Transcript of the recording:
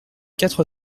quatre